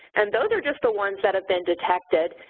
and those are just the ones that have been detected.